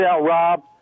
Rob